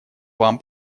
вам